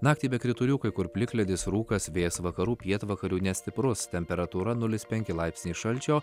naktį be kritulių kai kur plikledis rūkas vėjas vakarų pietvakarių nestiprus temperatūra nulis penki laipsniai šalčio